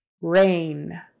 rain